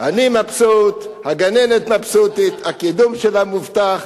אני מבסוט, הגננת מבסוטית, הקידום שלה מובטח.